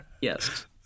yes